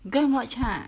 you go and watch ha